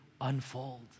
unfold